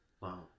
Wow